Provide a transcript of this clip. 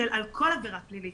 על כל עבירה פלילית,